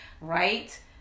right